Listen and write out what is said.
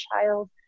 child